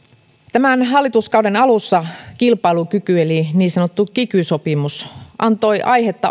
tämän hallituskauden alussa kilpailukyky eli niin sanottu kiky sopimus antoi aihetta